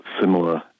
similar